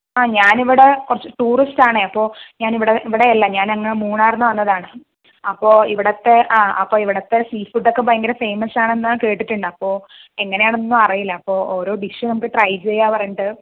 ആ ഞാനിവിടെ കുറച്ച് ടൂറിസ്റ്റാണേ അപ്പോൾ ഞാനിവിടെ ഇവിടെയല്ല ഞാനങ്ങ് മൂന്നാറിൽ നിന്ന് വന്നതാണ് അപ്പോൾ ഇവിടുത്തെ ആ അപ്പോൾ ഇവിടുത്തെ സീ ഫുഡൊക്കെ ഭയങ്കര ഫേയ്മസാണെന്നാണ് കേട്ടിട്ടുണ്ട് അപ്പോൾ എങ്ങനെയാണെന്നൊന്നും അറിയില്ല അപ്പോൾ ഓരോ ഡിഷും നമുക്ക് ട്രൈ ചെയ്യാം പറഞ്ഞിട്ട്